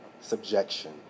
subjection